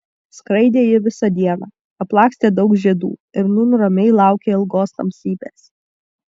skraidė ji visą dieną aplakstė daug žiedų ir nūn ramiai laukė ilgos tamsybės